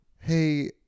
hey